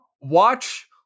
watch